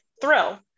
thrill